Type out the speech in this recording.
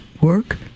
work